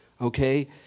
okay